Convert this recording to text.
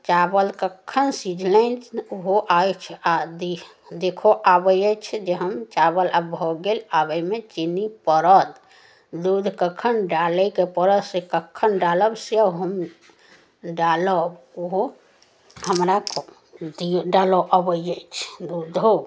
चावल कखन सिझलनि ओहो अछि आओर दि देखऽ आबै अछि जे हम चावल आब भऽ गेल आब एहिमे चिन्नी पड़त दूध कखन डालैके पड़त से कखन डालब से हम डालब ओहो हमरा दिअऽ डालऽ अबै अछि दूधो